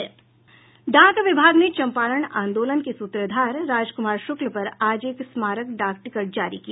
डाक विभाग ने चंपारण आंदोलन के सूत्रधार राजकुमार शुक्ल पर आज एक स्मारक डाक टिकट जारी किया